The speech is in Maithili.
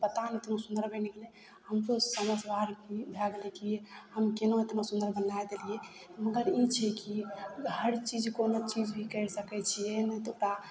पता नहि एतना सुन्दर बनि गेलय हमरो समझ आयल कि भए गेलय कि हम केना एतना सुन्दर बनाय देलियै मगर ई छै कि हर चीज कोनो चीज भी करि सकय छियै एहने तऽ